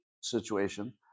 situation